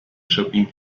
shopping